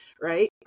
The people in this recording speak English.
right